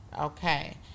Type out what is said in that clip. Okay